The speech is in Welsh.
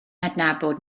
adnabod